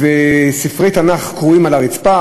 ספרי תנ"ך קרועים על הרצפה,